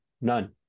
None